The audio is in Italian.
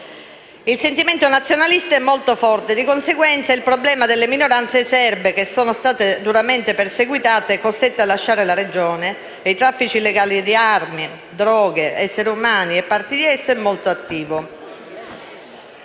Il sentimento nazionalista è molto forte e, di conseguenza, è forte il problema delle minoranze serbe che sono state duramente perseguitate e costrette a lasciare la regione. I traffici illegali di armi, droghe, essere umani e parti di essi sono molto attivi.